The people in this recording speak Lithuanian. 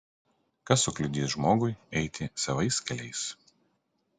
kas sukliudys žmogui eiti savais keliais